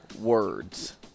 words